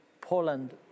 Poland